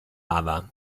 ava